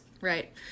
Right